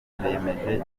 bemeje